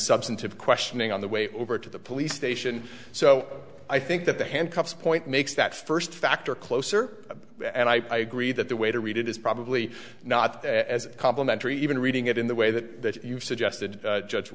substantive questioning on the way over to the police station so i think that the handcuffs point makes that first factor closer and i agree that the way to read it is probably not as complimentary even reading it in the way that you've suggested judge